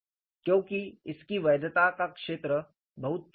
क्योंकि इसकी वैधता का क्षेत्र बहुत छोटा है